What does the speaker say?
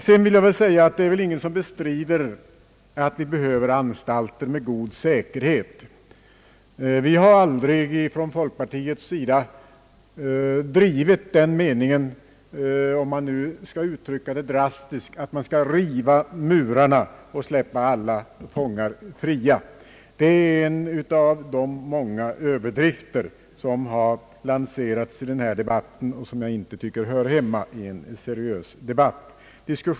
Det är väl ingen som bestrider att vi behöver anstalter med god säkerhet. Vi har aldrig från folkpartiets sida drivit den meningen — om man nu skall uttrycka det drastiskt — att vi skall »riva murarna» och släppa alla fångar fria. Det är en av de många överdrifter som har lanserats i den här debatten och som jag inte tycker hör hemma i en seriös debatt.